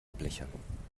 blechern